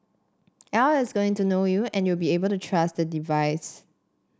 AI is going to know you and you will be able to trust the device